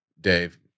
Dave